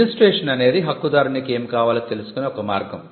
registration అనేది హక్కుదారునికి ఏమి కావాలో తెలుసుకునే ఒక మార్గం